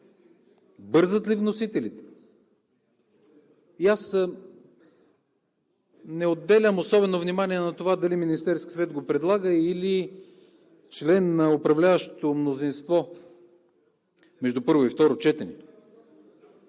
Бързат ли вносителите? Аз не отделям особено внимание на това дали Министерският съвет го предлага или член на управляващото мнозинство между първо и второ четене.